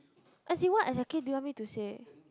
as in what exactly do you want me to say